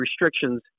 restrictions